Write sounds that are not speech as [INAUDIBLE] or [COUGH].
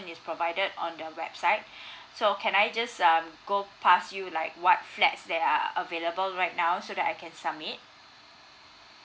is provided on your website [BREATH] so can I just um go pass you like what flats that are available right now so that I can submit